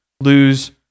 lose